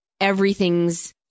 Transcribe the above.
everything's